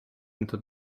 into